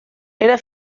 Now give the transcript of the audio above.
era